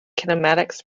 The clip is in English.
kinematics